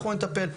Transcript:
אנחנו נטפל.